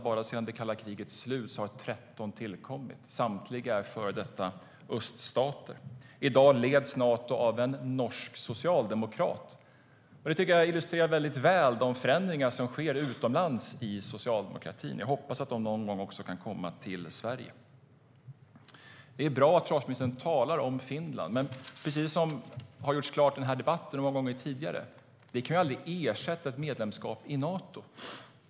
Bara sedan det kalla krigets slut har 13 tillkommit, och samtliga är före detta öststater. I dag leds Nato av en norsk socialdemokrat. Det tycker jag väldigt väl illustrerar de förändringar som sker i socialdemokratin utlands. Jag hoppas att de någon gång också kan komma till Sverige.Det är klart att försvarsministern talar om Finland, men precis som gjorts klart i debatten många gånger tidigare kan det aldrig ersätta ett medlemskap i Nato.